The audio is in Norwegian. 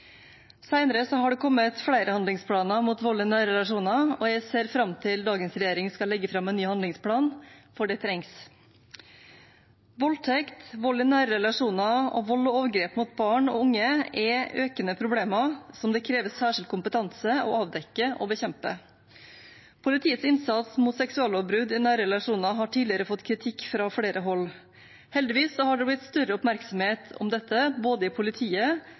har det kommet flere handlingsplaner mot vold i nære relasjoner, og jeg ser fram til at dagens regjering skal legge fram en ny handlingsplan, for det trengs. Voldtekt, vold i nære relasjoner og vold og overgrep mot barn og unge er økende problemer som det kreves særskilt kompetanse for å avdekke og bekjempe. Politiets innsats mot seksuallovbrudd i nære relasjoner har tidligere fått kritikk fra flere hold. Heldigvis har det blitt større oppmerksomhet om dette, både i politiet